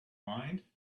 mind